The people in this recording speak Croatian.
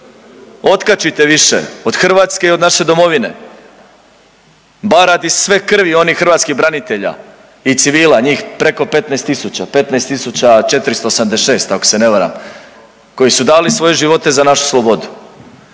Otkačite više od Hrvatske i od naše Domovine bar radi sve krvi onih hrvatskih branitelja i civila njih preko 15000, 15486 ako se ne varam koji su dali svoje živote za našu slobodu.